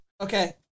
Okay